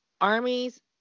armies